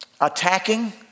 attacking